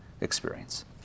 experience